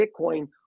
Bitcoin